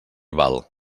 val